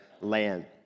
land